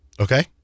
Okay